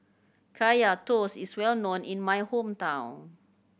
Kaya Toast is well known in my hometown